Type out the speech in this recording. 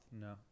No